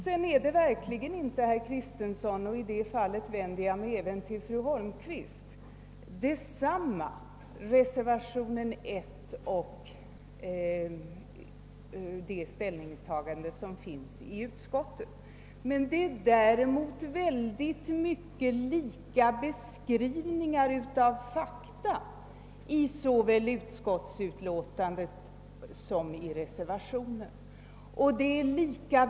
Sedan är verkligen inte, herr Kristenson — och i det fallet vänder jag mig även till fru Holmqvist — ställningstagandena i utskottsutlåtandet och reservationen nr 1 desamma. Beskrivningarna av fakta är däremot i mycket stor utsträckning lika.